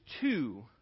two